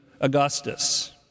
Augustus